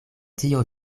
tio